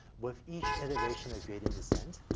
with each iteration of gradient descent,